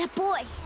ah boy!